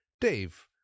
Dave